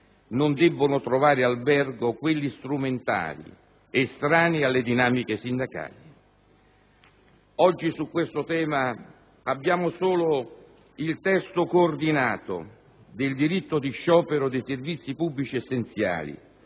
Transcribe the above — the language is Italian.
non debbono trovare albergo quelli strumentali, estranei alle dinamiche sindacali. Oggi su questo tema abbiamo solo il testo coordinato sull'esercizio del diritto di sciopero nei servizi pubblici essenziali